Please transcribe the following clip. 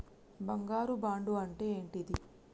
బంగారు బాండు అంటే ఏంటిది?